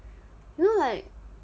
then you know like